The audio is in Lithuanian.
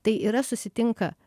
tai yra susitinka